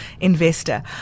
investor